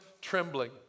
trembling